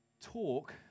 talk